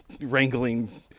wrangling